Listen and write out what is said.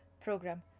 program